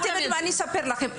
אני אספר לכם,